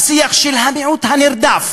השיח של המיעוט הנרדף.